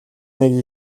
нэг